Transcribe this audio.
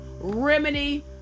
remedy